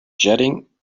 jetting